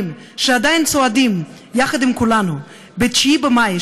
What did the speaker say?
שעדיין צועדים יחד עם כולנו ב-9 במאי,